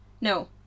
No